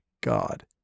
God